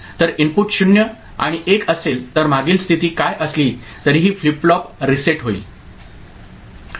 जर इनपुट 0 आणि 1 असेल तर मागील स्थिती काय असली तरीही फ्लिप फ्लॉप रीसेट होईल